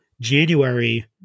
january